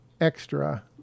extra